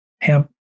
hemp